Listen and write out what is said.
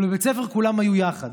אבל בבית הספר כולם היו יחד,